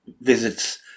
visits